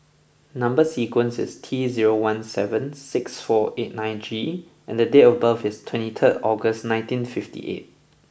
number sequence is T zero one seven six four eight nine G and date of birth is twenty third August nineteen fifty eight